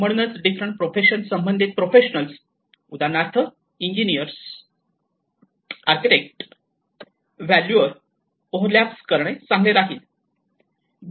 म्हणूनच different profession संबंधित professionals उदाहरणार्थ इंजिनीयर आर्किटेक्ट व्हॅल्यूअर ओव्हरल्याप्स करणे चांगले राहील